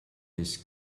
des